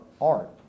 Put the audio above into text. art